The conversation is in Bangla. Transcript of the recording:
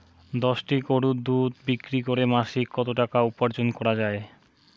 দশটি গরুর দুধ বিক্রি করে মাসিক কত টাকা উপার্জন করা য়ায়?